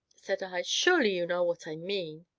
said i, surely you know what i mean?